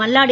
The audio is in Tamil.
மல்லாடி